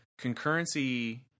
concurrency